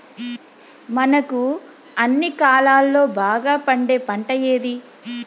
మనకు అన్ని కాలాల్లో బాగా పండే పంట ఏది?